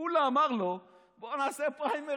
כולה הוא אמר לו: בוא נעשה פריימריז.